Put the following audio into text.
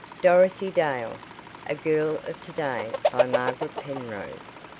dorothy dale a girl of to-day by margaret penrose